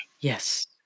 Yes